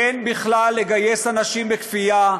אין בכלל לגייס אנשים בכפייה,